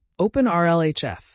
OpenRLHF